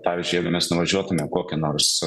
pavyzdžiui mes nuvažiuotume kokią nors